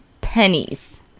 pennies